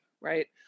Right